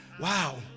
Wow